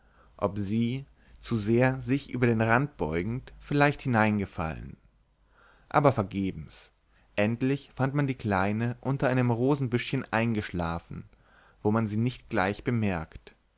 ob sie zu sehr sich über den rand beugend vielleicht hineingefallen aber vergebens endlich fand man die kleine unter einem rosenbüschchen eingeschlafen wo man sie nur nicht gleich bemerkt